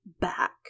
back